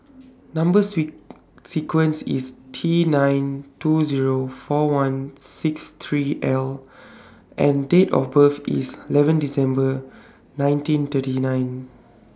Number sequence IS T nine two Zero four one six three L and Date of birth IS eleven December nineteen thirty nine